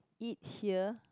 eat here